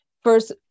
first